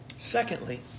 Secondly